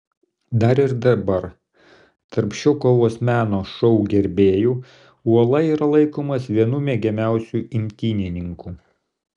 dar ir dabar tarp šio kovos meno šou gerbėjų uola yra laikomas vienu mėgiamiausiu imtynininku